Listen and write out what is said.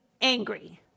angry